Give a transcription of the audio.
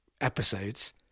episodes